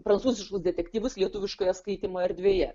prancūziškus detektyvus lietuviškoje skaitymo erdvėje